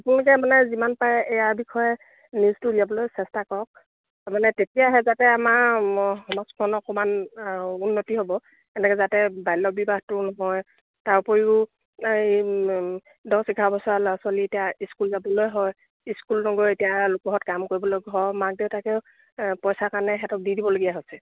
আপোনোকে মানে যিমান পাৰে ইয়াৰ বিষয়ে নিউজটো উলিয়াবলৈ চেষ্টা কৰক তাৰমানে তেতিয়াহে যাতে আমাৰ সমাজখন অকণমান উন্নতি হ'ব এনেকৈ যাতে বাল্য বিবাহটো নহয় তাৰ উপৰিও এই দছ এঘাৰ বছৰীয়া ল'ৰা ছোৱালী এতিয়া স্কুল যাবলৈ হয় স্কুল নগৈ এতিয়া লোকৰ ঘৰত কাম কৰিবলৈ ঘৰৰ মাক দেউতাকেও পইচাৰ কাৰণে সিহঁতক দি দিবলগীয়া হৈছে